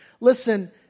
Listen